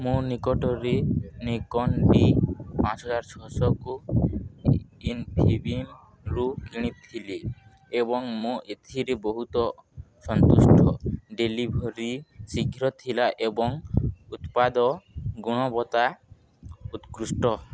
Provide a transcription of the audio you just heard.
ମୁଁ ନିକଟରେ Nikon D ପାଞ୍ଚ ହଜାର ଛଅଶହକୁ ଇନ୍ଫିବିମ୍ରୁ କିଣିଥିଲି ଏବଂ ମୁଁ ଏଥିରେ ବହୁତ ସନ୍ତୁଷ୍ଟ ଡେଲିଭରୀ ଶୀଘ୍ର ଥିଲା ଏବଂ ଉତ୍ପାଦ ଗୁଣବତ୍ତା ଉତ୍କୃଷ୍ଟ